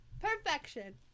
Perfection